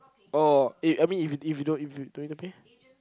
oh eh I mean if you if you don't if you don't even pay